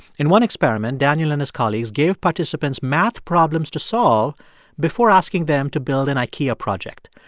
in one experiment, daniel and his colleagues gave participants math problems to solve before asking them to build an ikea project.